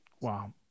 Wow